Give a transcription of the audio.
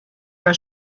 your